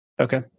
Okay